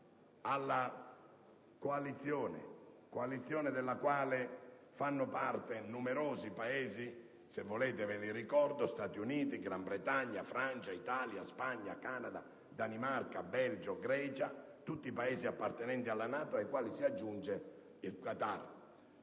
alla coalizione, della quale fanno parte numerosi Paesi. Se volete, ve li ricordo: Stati Uniti, Gran Bretagna, Francia, Italia, Spagna, Canada, Danimarca, Belgio, Grecia (tutti Paesi appartenenti alla Nato), ai quali si aggiunge il Qatar.